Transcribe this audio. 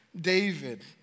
David